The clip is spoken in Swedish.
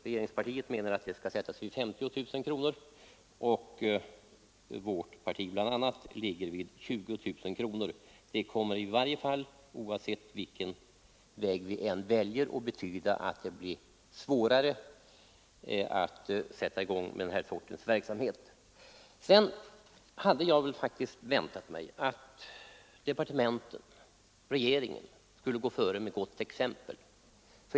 Regeringspartiet anser att minimibeloppet skall vara 50 000 kronor, medan bl.a. vårt parti stannat för 20 000 kronor. Oavsett vilken gräns vi väljer kommer det i fortsättningen att bli svårare än hittills att sätta i gång med den här sortens verksamhet. Jag hade faktiskt väntat mig att departementet och regeringen skulle gå före med gott exempel.